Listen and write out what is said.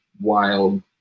wild